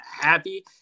happy